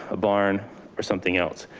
a barn or something else.